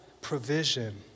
provision